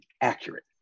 accurate